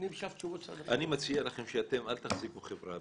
אני מציע לכם שלא תעסיקו חברה.